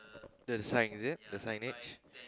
the sign is it the signage